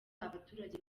abaturage